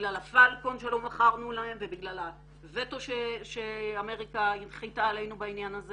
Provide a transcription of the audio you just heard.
בגלל הפלקון שלא מכרנו להם ובגלל הוטו שאמריקה הנחיתה עלינו בעניין הזה